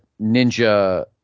Ninja